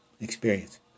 experience